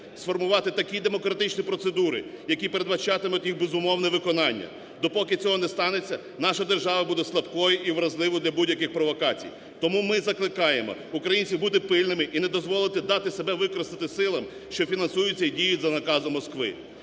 сформувати такі демократичні процедури, які передбачатимуть їх безумовне виконання. До поки цього не станеться, наша держава буде слабкою і вразливою для будь-яких провокацій. Тому ми закликаємо українців бути пильними і не дозволити дати себе використати силам, що фінансуються і діють за наказом Москви.